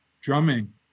drumming